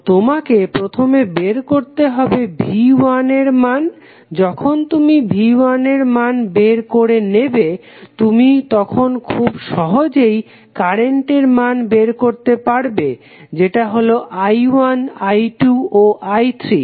তো তোমাকে প্রথমে বের করতে হবে V1 এর মান যখন তুমি V1 এর মান বের করে নেবে তুমি তখন খুব সহজেই কারেন্টের মান বের করতে পারবে যেটা হলো I1 I2 ও I3